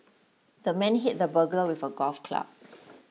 the man hit the burglar with a golf club